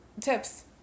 Tips